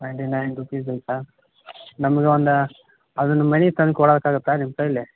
ninety nine rupees ಐತೆ ನಮ್ಗೆ ಒಂದು ಅದನ್ನು ಮನೆಗ್ ತಂದು ಕೊಡಕ್ಕಾಗತ್ತಾ ನಿಮ್ಮ ಕೈಲಿ